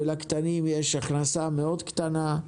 ולקטנים יש הכנסה מאוד קטנה,